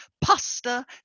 pasta